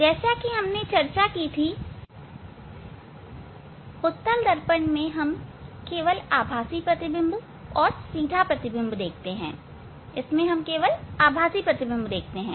जैसी कि हमने चर्चा की थी उत्तल दर्पण में हम केवल आभासी प्रतिबिंब और सीधा प्रतिबिंब देखते हैं अवतल लेंस में भी हम केवल आभासी प्रतिबिंब ही देखेंगे